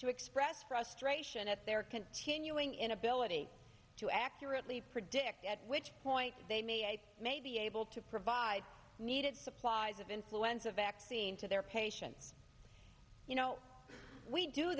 to express frustration at their continuing inability to accurately predict at which point they may be able to provide needed supplies of influenza vaccine to their patients you know we do